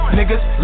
Niggas